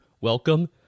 welcome